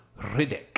Riddick